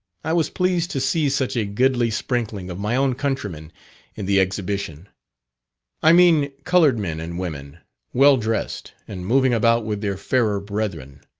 i was pleased to see such a goodly sprinkling of my own countrymen in the exhibition i mean coloured men and women well-dressed, and moving about with their fairer brethren.